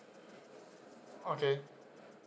okay